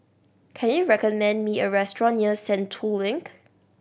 can you recommend me a restaurant near Sentul Link